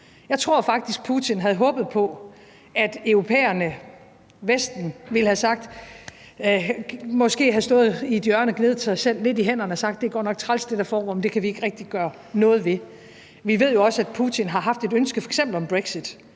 Jeg tror faktisk, Putin havde håbet på, at europæerne og Vesten ville have stået i et hjørne og vredet sig i hænderne og sagt: Det er godt nok træls, hvad der foregår, men det kan vi ikke rigtig gøre noget ved. Vi ved jo også, at Putin har haft et ønske, f.eks. om Brexit,